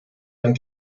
dann